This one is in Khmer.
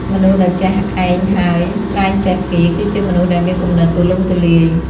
មនុស្សដែលចេះឯងហើយក្រែងចេះគេ គឺជាមនុស្សដែលមានគំនិតទូលំទូលាយ។